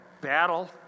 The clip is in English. battle